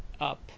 up